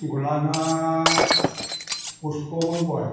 গোলাঘাট পুষ্পবন পোৱাই